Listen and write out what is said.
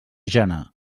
jana